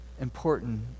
important